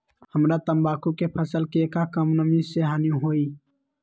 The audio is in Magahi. हमरा तंबाकू के फसल के का कम नमी से हानि होई?